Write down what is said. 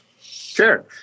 Sure